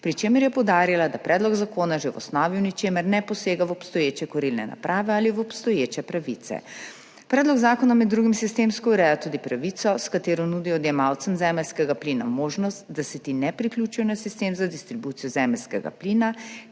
pri čemer je poudarila, da predlog zakona že v osnovi v ničemer ne posega v obstoječe kurilne naprave ali v obstoječe pravice. Predlog zakona med drugim sistemsko ureja tudi pravico, s katero nudi odjemalcem zemeljskega plina možnost, da se ti ne priključijo na sistem za distribucijo zemeljskega plina,